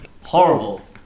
horrible